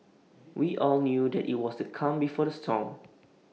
we all knew that IT was the calm before the storm